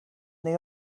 they